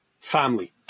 family